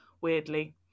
weirdly